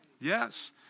Yes